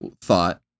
thought